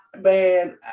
Man